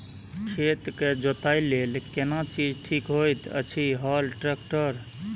खेत के जोतय लेल केना चीज ठीक होयत अछि, हल, ट्रैक्टर?